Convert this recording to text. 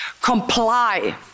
comply